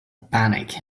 panic